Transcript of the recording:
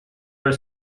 are